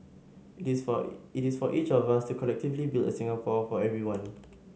it is for it is for each of us to collectively build a Singapore for everyone